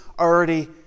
already